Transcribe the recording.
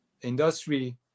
industry